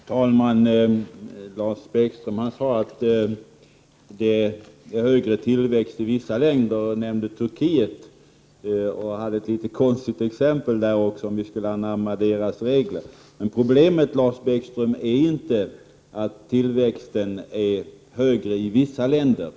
Fru talman! Lars Bäckström sade att det är högre tillväxt i vissa länder och därvid nämnde Turkiet. Han tog också ett litet konstigt exempel, som gick ut på att vi skulle anamma deras regler. Problemet, Lars Bäckström, är inte att tillväxten är högre i vissa länder.